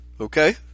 Okay